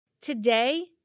Today